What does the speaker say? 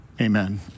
Amen